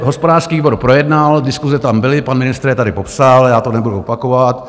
Hospodářský výbor projednal, diskuse tam byly, pan ministr je tady popsal, já to nebudu opakovat.